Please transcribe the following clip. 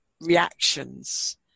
reactions